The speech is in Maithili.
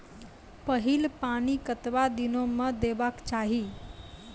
पहिल पानि कतबा दिनो म देबाक चाही?